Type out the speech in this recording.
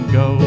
go